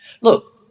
look